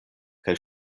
kaj